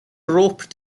rope